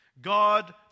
God